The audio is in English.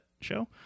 show